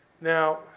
Now